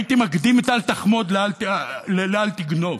הייתי מקדים את "אל תחמוד" ל"אל תגנוב",